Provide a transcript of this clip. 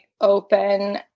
open